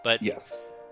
Yes